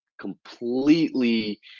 completely